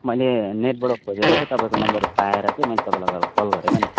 मैले नेटबाट खोजेर चाहिँ तपाईँको नम्बर पाएर चाहिँ मैले तपाईँलाई कल गरेको नि